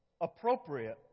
appropriate